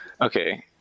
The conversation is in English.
Okay